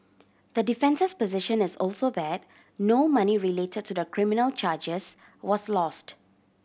the defence's position is also that no money relate to the criminal charges was lost